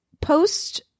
post